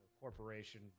corporation